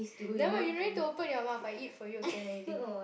never mind you don't need to open your mouth I eat for you can already